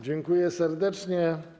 Dziękuję serdecznie.